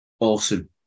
awesome